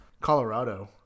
Colorado